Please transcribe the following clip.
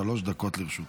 שלוש דקות לרשותך.